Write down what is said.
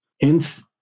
Hence